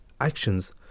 actions